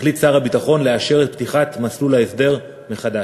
החליט שר הביטחון לאשר את פתיחת מסלול ההסדר מחדש.